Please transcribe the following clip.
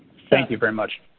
thank you very much.